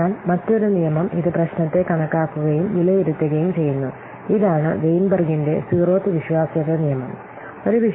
അതിനാൽ മറ്റൊരു നിയമം ഇത് പ്രശ്നത്തെ കണക്കാക്കുകയും വിലയിരുത്തുകയും ചെയ്യുന്നു ഇതാണ് വെയ്ൻബെർഗിന്റെ സീറോത്ത് വിശ്വാസ്യത നിയമം Weinberg's Zeroth Law of reliabilty